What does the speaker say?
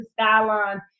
skyline